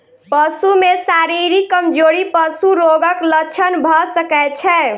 पशु में शारीरिक कमजोरी पशु रोगक लक्षण भ सकै छै